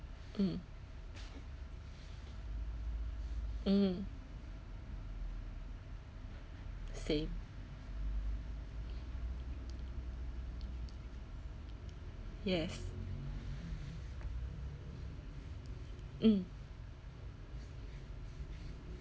mm mm same yes mm